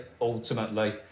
ultimately